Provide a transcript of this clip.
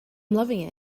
loving